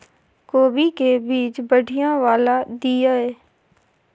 कोबी के बीज बढ़ीया वाला दिय?